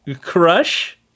Crush